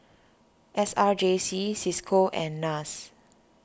S R J C Cisco and Nas